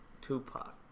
Tupac